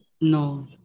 No